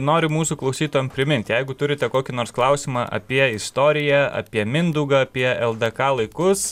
noriu mūsų klausytojam primint jeigu turite kokį nors klausimą apie istoriją apie mindaugą apie ldk laikus